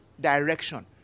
direction